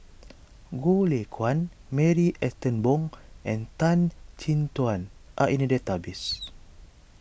Goh Lay Kuan Marie Ethel Bong and Tan Chin Tuan are in the database